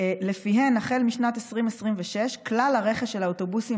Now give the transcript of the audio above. שלפיהן החל משנת 2026 כלל הרכש של האוטובוסים